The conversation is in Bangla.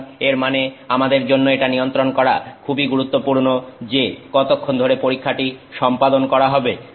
সুতরাং এর মানে আমাদের জন্য এটা নিয়ন্ত্রণ করা খুবই গুরুত্বপূর্ণ যে কতক্ষণ ধরে পরীক্ষাটি সম্পাদন করা হবে